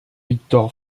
victor